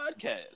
podcast